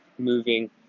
moving